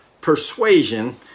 persuasion